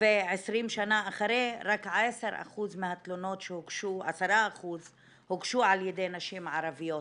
ו-20 שנה אחרי רק 10% מהתלונות שהוגשו הוגשו על ידי נשים ערביות,